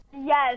Yes